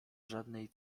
żadnej